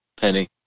Penny